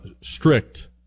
strict